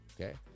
Okay